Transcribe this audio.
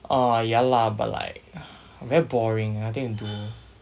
uh ya lah but like very boring nothing to do